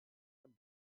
ein